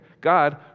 God